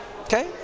Okay